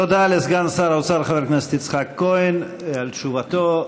תודה לסגן שר האוצר חבר הכנסת יצחק כהן על תשובתו.